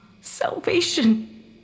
salvation